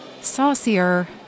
Saucier